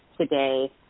today